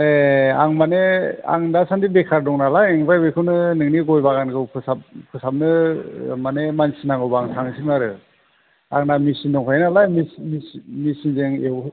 ए आं माने आं दा सानदि बेखार दं नालाय आमफ्राय बेखौनो नोंनि गय बागानखौ फोसाबनो माने मानसि नांगौबा आं थांनोसै मोन आरो आंना मिशिन दंखायो नालाय मिशिन जों एवहोनो